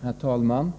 Herr talman!